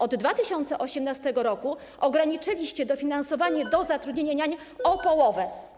Od 2018 r. ograniczyliście dofinansowanie do zatrudniania niań o połowę.